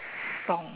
song